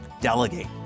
delegate